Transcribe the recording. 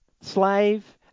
slave